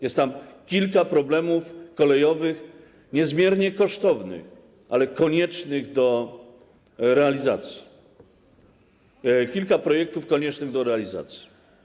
Jest tam kilka problemów kolejowych niezmiernie kosztownych, ale koniecznych do realizacji, kilka projektów koniecznych do realizacji.